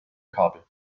kabel